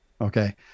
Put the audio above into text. okay